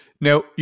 Now